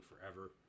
forever